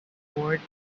towards